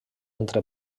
entre